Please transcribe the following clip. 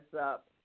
up